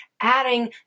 adding